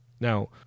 Now